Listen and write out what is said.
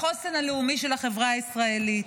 בחוסן הלאומי של החברה הישראלית.